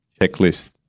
checklist